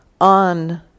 on